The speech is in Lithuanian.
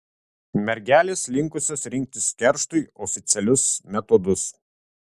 mergelės linkusios rinktis kerštui oficialius metodus